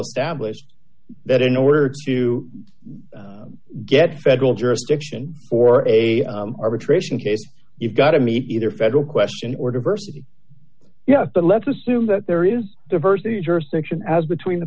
established that in order to get federal jurisdiction or a arbitration case you've got to meet either federal question or diversity yeah but let's assume that there is diversity jurisdiction as between the